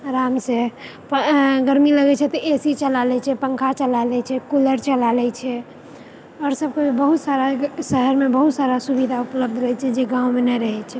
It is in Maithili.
आरामसँ गरमी लगै छै तऽ ए सी चला लै छै पङ्खा चला लै छै कूलर चला लै छै आओर सभ बहुत सारा शहरमे बहुत सारा सुविधा उपलब्ध रहै छै जे गाँवमे नहि रहै छै